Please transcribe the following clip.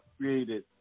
created